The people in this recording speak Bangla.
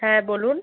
হ্যাঁ বলুন